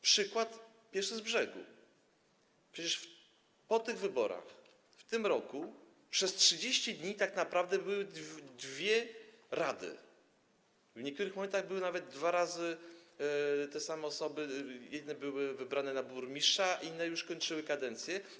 Pierwszy z brzegu przykład: przecież po wyborach w tym roku przez 30 dni tak naprawdę były dwie rady, w niektórych momentach były nawet dwa razy te same osoby - jedne były wybrane na burmistrza, inne już kończyły kadencję.